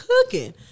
Cooking